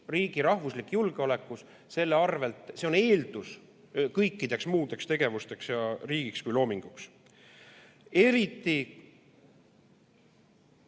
riigi rahvuslik julgeolek on eeldus kõikideks muudeks tegevusteks ja riigiks kui loominguks. Eriti